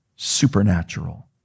supernatural